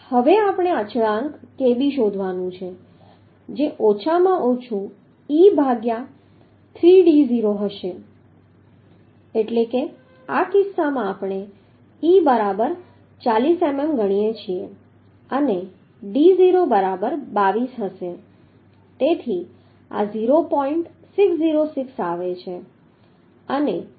હવે આપણે અચળાંક kb શોધવાનું છે જે ઓછા માં ઓછું e ભાગ્યા 3d0 હશે એટલે કે આ કિસ્સામાં આપણે e બરાબર 40 મીમી ગણીએ છીએ અને d0 બરાબર 22 હશે તેથી આ 0